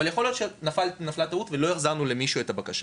אבל יכול להיות שנפלה טעות ולא החזרנו למישהו את הבקשה